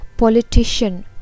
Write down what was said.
Politician